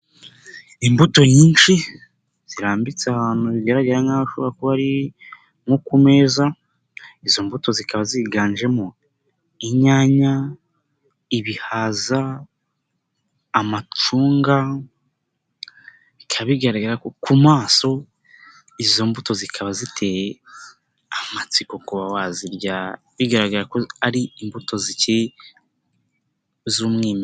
Imbuto nyinshi zirambitse ahantu bigaragara nk'aho ari nko ku meza, izo mbuto zikaba ziganjemo inyanya, ibihaza, amacunga, bikaba bigaragara ku maso, izo mbuto zikaba ziteye amatsiko, kuba wazirya bigaragara ko ari imbuto zikiri z'umwimerere.